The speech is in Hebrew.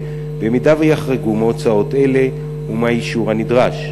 במידה שיחרגו מהוצאות אלה ומהאישור הנדרש.